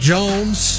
Jones